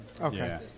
Okay